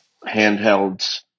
handhelds